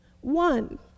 one